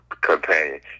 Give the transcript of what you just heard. Companion